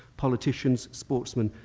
politicians, sportsmen,